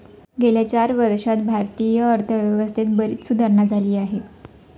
गेल्या चार वर्षांत भारतीय अर्थव्यवस्थेत बरीच सुधारणा झाली आहे